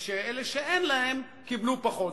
ואלה שאין להם קיבלו פחות.